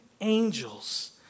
angels